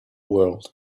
world